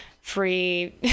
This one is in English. free